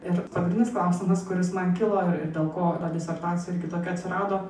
ir pagrindinis klausimas kuris man kilo dėl ko ta disertacija ir kitokia atsirado